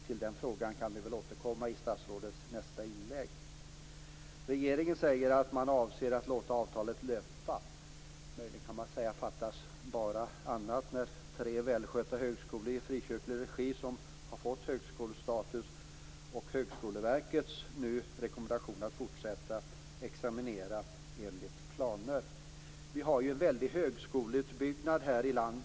Till den frågan kan vi väl återkomma i samband med statsrådets nästa inlägg. Regeringen säger att man avser att låta avtalet löpa. Möjligen kan man säga: Fattas bara annat! Tre välskötta högskolor i frikyrklig regi har ju fått högskolestatus och även fått Högskoleverkets rekommendation att fortsätta med att examinera enligt planer. En väldig högskoleutbyggnad pågår i vårt land.